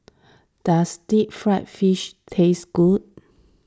does Deep Fried Fish taste good